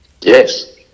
Yes